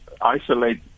isolate